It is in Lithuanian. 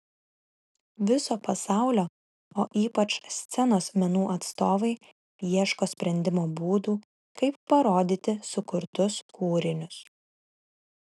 viso pasaulio o ypač scenos menų atstovai ieško sprendimo būdų kaip parodyti sukurtus kūrinius